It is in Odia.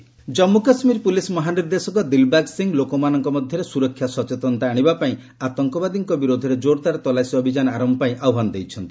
ଜେମେ ଡିଜିପି ଜନ୍ମୁ କାଶ୍ମୀର ପୁଲିସ୍ ମହାନିର୍ଦ୍ଦେଶକ ଦିଲ୍ବାଗ୍ ସିଂହ ଲୋକମାନଙ୍କ ମଧ୍ୟରେ ସ୍ୱରକ୍ଷା ସଚେତନତା ଆଶିବାପାଇଁ ଆତଙ୍କବାଦୀଙ୍କ ବିରୋଧରେ ଜୋର୍ଦାର ତଲାସି ଅଭିଯାନ ଆରମ୍ଭ ପାଇଁ ଆହ୍ବାନ ଦେଇଛନ୍ତି